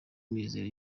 mizero